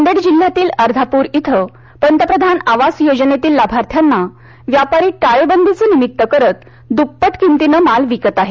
नांदेड जिल्ह्यातील अर्धापूर इथ पंतप्रधान आवास योजनेंतील लाभार्थ्यांना व्यापारी टाळेबंदीचं निमित्त करत दुप्पट किमतीनं माल विकत आहेत